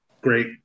great